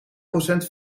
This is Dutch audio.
procent